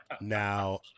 Now